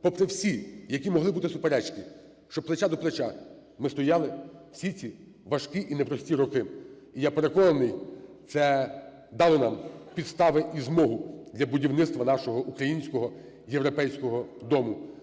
попри всі, які могли бути суперечки, що плече до плеча ми стояли всі ці важкі і непрості роки. І я переконаний: це дало нам підстави і змогу для будівництва нашого українського європейського дому.